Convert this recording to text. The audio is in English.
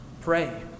Pray